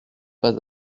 pas